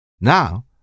Now